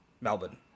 melbourne